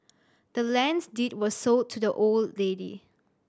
the land's deed was sold to the old lady